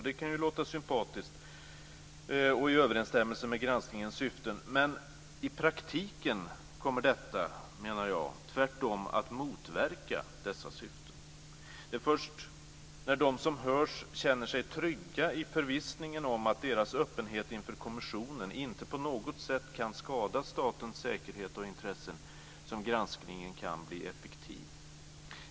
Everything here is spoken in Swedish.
Det kan låta sympatiskt och verka vara i överensstämmelse med granskningens syften men i praktiken kommer detta, menar jag, tvärtom att motverka dessa syften. Det är först när de som hörs känner sig trygga i förvissningen om att deras öppenhet inför kommissionen inte på något sätt kan skada statens säkerhet och intressen som granskningen kan bli effektiv.